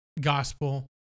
gospel